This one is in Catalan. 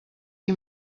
qui